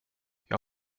jag